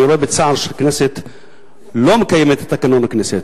אני רואה בצער שהכנסת לא מקיימת את תקנון הכנסת.